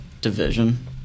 division